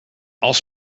als